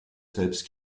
selbst